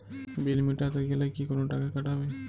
বিল মেটাতে গেলে কি কোনো টাকা কাটাবে?